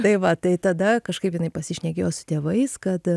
tai va tai tada kažkaip jinai pasišnekėjo su tėvais kad